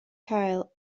cael